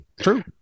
true